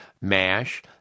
MASH